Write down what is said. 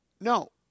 No